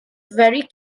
very